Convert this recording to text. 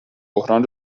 بحران